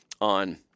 on